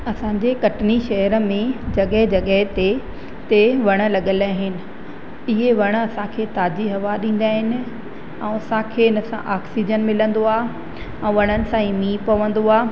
असांजे कटनी शहर में जॻहि जॻहि ते ते वण लॻल आहिनि इहे वण असांखे ताज़ी हवा ॾींदा आहिनि ऐं असांखे इन सां ऑक्सीजन मिलंदो आहे ऐं वणनि सां ई मींहुं पवंदो आहे